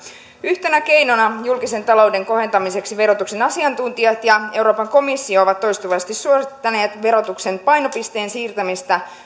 yhtenä keinona julkisen talouden kohentamiseksi verotuksen asiantuntijat ja euroopan komissio ovat toistuvasti suosittaneet verotuksen painopisteen siirtämistä